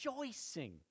Rejoicing